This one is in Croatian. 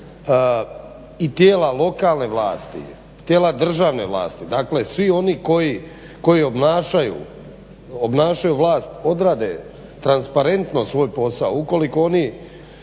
i tijela lokalne vlasti, tijela državne vlasti dakle svi oni koji obnašaju vlast odrade transparentno svoj posao, ukoliko oni